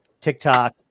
TikTok